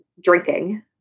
Drinking